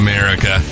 America